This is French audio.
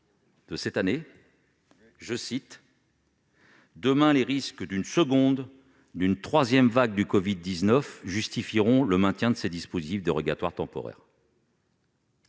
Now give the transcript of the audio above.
dernier :« Demain, les risques d'une seconde ou d'une troisième vague de covid-19 justifieront le maintien de ces dispositifs dérogatoires temporaires. »